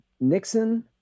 Nixon